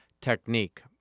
technique